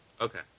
Okay